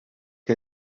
que